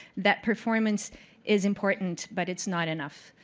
that performance is important, but it's not enough.